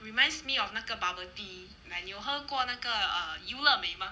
reminds me of 那个 bubble tea like 你有喝过那个优乐美吗